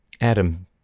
Adam